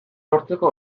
lortzeko